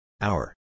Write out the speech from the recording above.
Hour